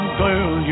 girl